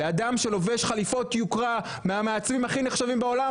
לאדם שלובש חליפות יוקרה מהמעצבים הכי נחשבים בעולם,